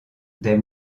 des